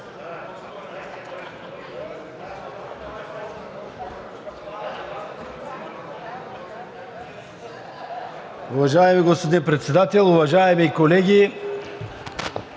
Уважаеми господин Председател, уважаеми колеги